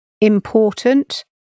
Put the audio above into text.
important